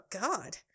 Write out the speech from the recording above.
God